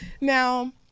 Now